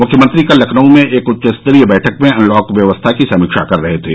मुख्यमंत्री कल लखनऊ में एक उच्चस्तरीय बैठक में अनलॉक व्यवस्था की समीक्षा कर रहे थे